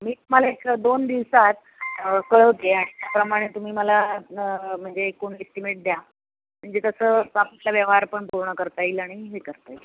मी तुम्हाला एक दोन दिवसात कळवते आणि त्याप्रमाणे तुम्ही मला म्हणजे एकूण इस्टिमेट द्या म्हणजे तसं आपला व्यवहार पण पूर्ण करता येईल आणि हे करता येईल